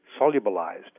solubilized